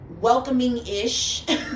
welcoming-ish